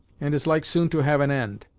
and is like soon to have an end,